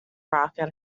rocket